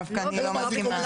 דווקא אני לא מסכימה.